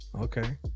Okay